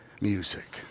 music